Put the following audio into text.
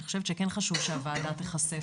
אני חושבת שכן חשוב שהוועדה תיחשף לזה.